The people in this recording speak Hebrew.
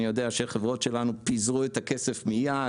אני יודע שהחברות שלנו פיזרו את הכסף מיד,